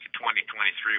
2023